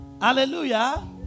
Hallelujah